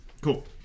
Cool